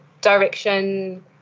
direction